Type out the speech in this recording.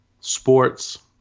sports